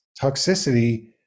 toxicity